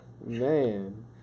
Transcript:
Man